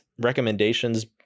recommendations